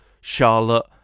Charlotte